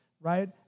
right